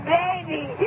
baby